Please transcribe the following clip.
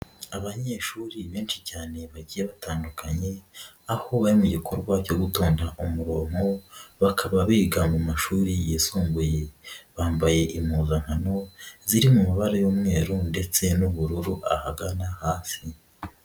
Abanyeshuri benshi cyane bagiye batandukanye, aho bari mu gikorwa cyo gutonda umurongo, bakaba biga mu mashuri yisumbuye, bambaye impozankano, ziri mu mabara y'umweru ndetse n'ubururu ahagana hasi.